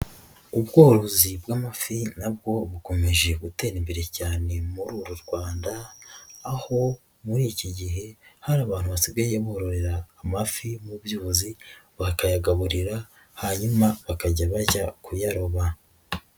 Ubworozi bw'amafi nabwo bukomeje gutera imbere cyane muri uru Rwanda, aho muri iki gihe hari abantu basigaye bororera amafi mu byuzi, bakayagaburira, hanyuma bakajya bajya kuyaroba.